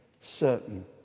certain